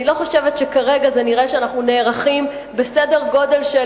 אני לא חושבת שכרגע נראה שאנחנו נערכים בסדר גודל של